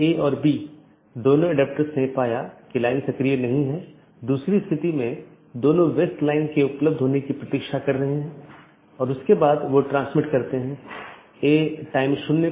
एक ज्ञात अनिवार्य विशेषता एट्रिब्यूट है जोकि सभी BGP कार्यान्वयन द्वारा पहचाना जाना चाहिए और हर अपडेट संदेश के लिए समान होना चाहिए